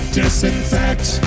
disinfect